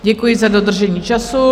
Děkuji za dodržení času.